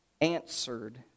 answered